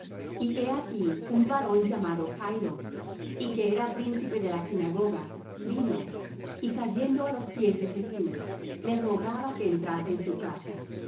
y he aquí un varón llamado jairo y que era príncipe de la sinagoga vino y cayendo á los pies de jesús le rogaba que entrase en su casa